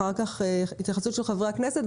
אחר כך התייחסות של חברי הכנסת,